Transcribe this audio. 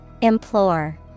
Implore